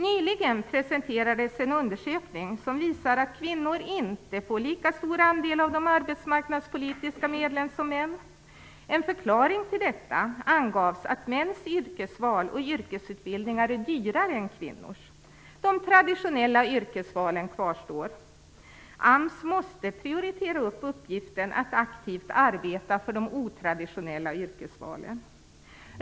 Nyligen presenterades en undersökning som visade att kvinnor inte får lika stor andel av de arbetsmarknadspolitiska medlen som män. Som en förklaring till detta angavs att mäns yrkesval och yrkesutbildningar är dyrare än kvinnors. De traditionella yrkesvalen kvarstår. AMS måste prioritera uppgiften att aktivt arbeta för de otraditionella yrkesvalen.